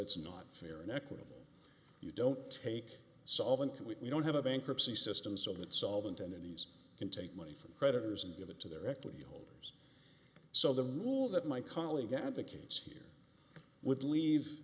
it's not fair and equitable you don't take solvent and we don't have a bankruptcy system so that solvent and indies can take money from creditors and give it to their equity holders so the rule that my colleague advocates here would leave